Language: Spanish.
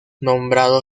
nombrado